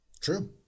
True